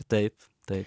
taip taip